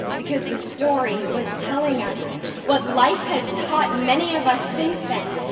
because the story was telling us what life has taught many of us since then,